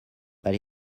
but